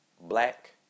Black